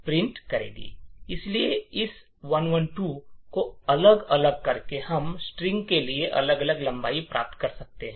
इसलिए इस 112 को अलग अलग करके हम स्ट्रिंग के लिए अलग अलग लंबाई प्राप्त कर सकते हैं